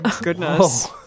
goodness